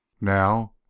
Now